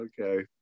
Okay